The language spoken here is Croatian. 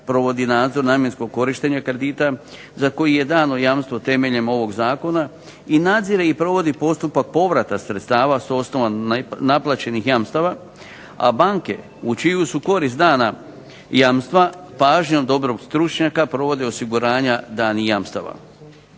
provodi nadzor namjenskog korištenja kredita za koji je dano jamstvo temeljem ovog zakona i nadzire i provodi postupak povrata sredstava sa osnova naplaćenih jamstava, a banke u čiju su korist dana jamstva pažnjom dobrog stručnjaka provode osiguranja danih jamstava.